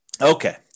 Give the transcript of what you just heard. Okay